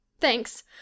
Thanks